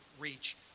reach